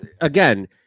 again